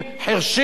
חירשים?